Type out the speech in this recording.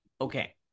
Okay